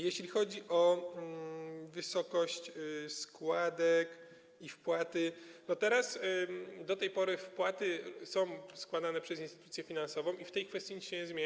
Jeśli chodzi o wysokość składek i wpłaty, to do teraz, do tej pory wpłaty są dokonywane przez instytucję finansową, i w tej kwestii nic się nie zmienia.